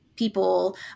People